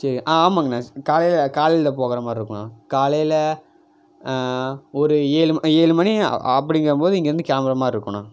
சரியா ஆ ஆமாங்கண்ணா காலையில் காலையில் போகிற மாதிரி இருக்கும்ண்ணா காலையில் ஒரு ஏழு ஏழு மணி அப்படிங்கிறபோது இங்கேயிருந்து கிளம்புகிற மாதிரி இருக்குதுண்ணா